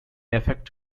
effect